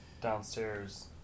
downstairs